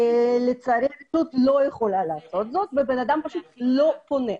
לצערי הרשות לא יכולה לעשות זאת והבן אדם לא פונה.